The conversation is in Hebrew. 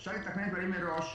אבל אפשר גם לתכנן דברים מראש,